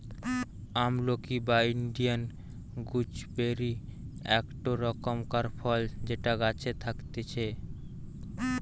আমলকি বা Indian gooseberry একটো রকমকার ফল যেটা গাছে থাকতিছে